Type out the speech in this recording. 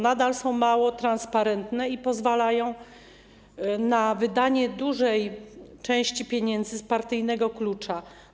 Nadal są one mało transparentne i pozwalają na wydanie dużej części pieniędzy według partyjnego klucza.